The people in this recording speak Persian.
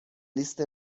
لیست